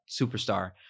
superstar